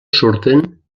surten